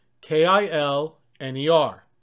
K-I-L-N-E-R